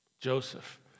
Joseph